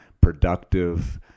productive